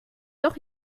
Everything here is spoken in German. doch